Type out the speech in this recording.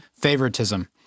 favoritism